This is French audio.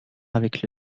avec